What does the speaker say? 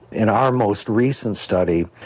in our most recent study,